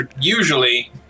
usually